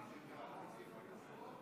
חברי הכנסת,